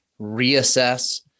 reassess